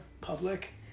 public